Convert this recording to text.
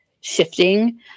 shifting